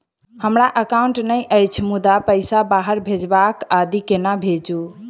हमरा एकाउन्ट नहि अछि मुदा पैसा बाहर भेजबाक आदि केना भेजू?